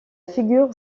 figure